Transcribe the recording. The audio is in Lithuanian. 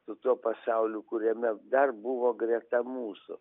su tuo pasauliu kuriame dar buvo greta mūsų